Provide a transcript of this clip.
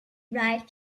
ride